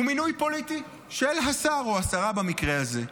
הוא מינוי פוליטי של השר, או השרה, במקרה הזה.